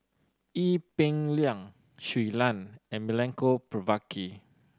Ee Peng Liang Shui Lan and Milenko Prvacki